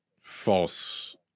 false